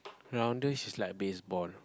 rounders is like baseball